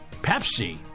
Pepsi